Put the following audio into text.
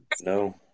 No